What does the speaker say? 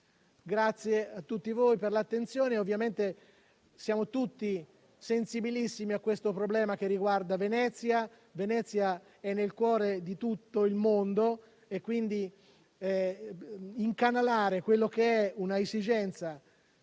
Grazie a tutti voi per l'attenzione. Ovviamente siamo tutti sensibilissimi a questo problema che riguarda Venezia, che è nel cuore di tutto il mondo. Incanalare questa esigenza